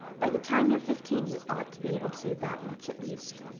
by the time you are fifteen you ought to be able to do that much at least.